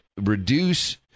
reduce